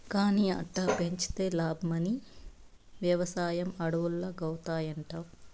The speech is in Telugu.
కానీ అట్టా పెంచితే లాబ్మని, వెవసాయం అడవుల్లాగౌతాయంట